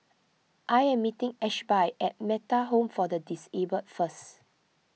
I am meeting Ashby at Metta Home for the Disabled first